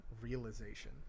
realization